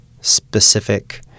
specific